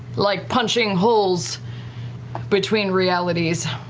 like punching holes between realities,